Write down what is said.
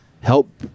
help